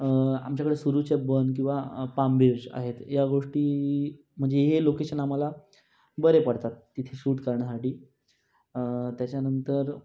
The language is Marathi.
आमच्याकडे सुरूचे बन किंवा पाम बीच आहेत या गोष्टी म्हणजे हे लोकेशन आम्हाला बरे पडतात तिथे शूट करण्यासाठी त्याच्या नंतर